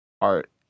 art